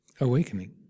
awakening